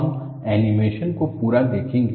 हम एनीमेशन को पूरा देखेंगे